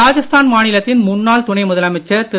ராஜஸ்தான் மாநிலத்தின் முன்னாள் துணை முதலமைச்சர் திரு